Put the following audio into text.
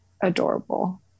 Adorable